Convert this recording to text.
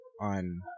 on